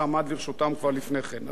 אבל אם אני מכיר את דרך החשיבה,